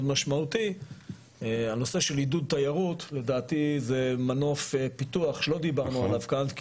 משמעותי הנושא של עידוד תיירות לדעתי זה מנוף פיתוח שלא דיברנו עליו כאן.